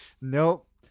Nope